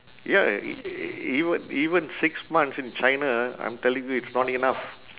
ya e~ even even six months in china I'm telling you it's not enough